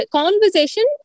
conversation